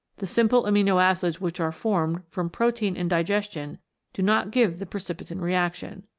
the simple amino-acids which are formed from protein in digestion do not give the precipitin reaction.